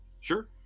sure